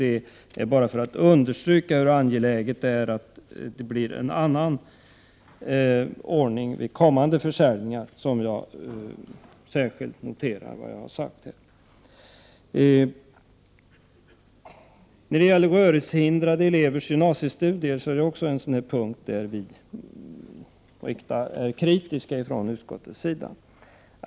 Det är bara för att understryka hur angeläget det är att vi får en annan ordning vid kommande försäljningar som jag har tagit upp denna fråga. Också när det gäller rörelsehindrade elevers gymnasiestudier är vi i utskottet kritiska.